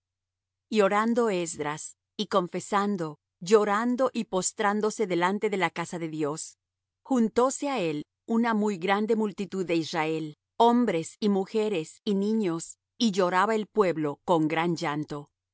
y orando esdras y confesando llorando y postrándose delante de la casa de dios juntóse á él una muy grande multitud de israel hombres y mujeres y niños y lloraba el pueblo con gran llanto